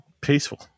peaceful